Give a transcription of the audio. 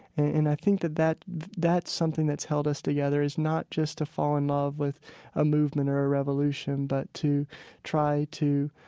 and i think that that that's something that's held us together is not just to fall in love with a movement or a revolution, but to try to